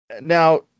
Now